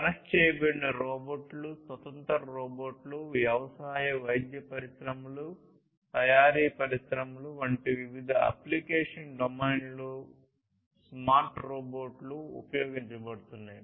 connect చేయబడిన రోబోట్లు స్వతంత్ర రోబోట్లు వ్యవసాయం వైద్య పరిశ్రమలు తయారీ పరిశ్రమలు వంటి వివిధ అప్లికేషన్ డొమైన్లలో స్మార్ట్ రోబోట్లు ఉపయోగించబడుతున్నాయి